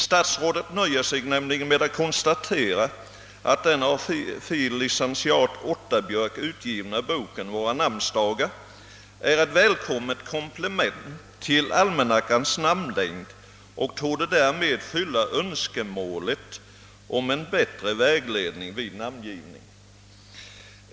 Statsrådet nöjer sig med att konstatera att den av fil. lic. Roland Otterbjörk utgivna boken Våra namnsdagar är »ett välkommet komplement till almanackans namnlängd och torde därmed fylla önskemålet om en bättre vägledning vid namngivning».